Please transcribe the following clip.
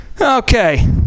okay